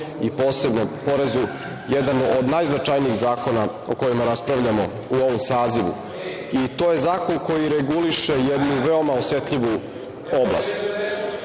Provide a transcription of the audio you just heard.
i posebnom porezu jedan od najznačajnijih zakona o kojima raspravljamo u ovom sazivu. To je zakon koji reguliše jednu veoma osetljivu oblast. Ja